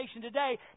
today